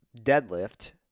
deadlift